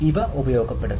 ഇവ ഉപയോഗപ്പെടുത്താം